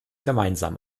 gemeinsam